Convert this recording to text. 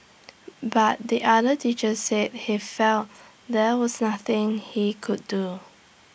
but the other teacher said he felt there was nothing he could do